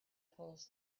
polls